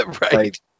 Right